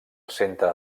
centre